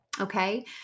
Okay